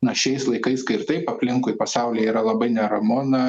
na šiais laikais kai ir taip aplinkui pasaulyje yra labai neramu na